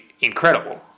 incredible